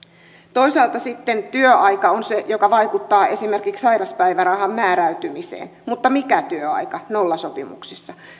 toisaalta sitten työaika on se mikä vaikuttaa esimerkiksi sairauspäivärahan määräytymiseen mutta mikä työaika nollasopimuksissa